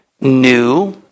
new